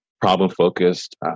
problem-focused